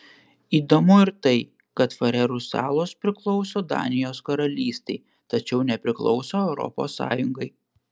įdomu ir tai kad farerų salos priklauso danijos karalystei tačiau nepriklauso europos sąjungai